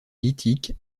lithique